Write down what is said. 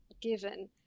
given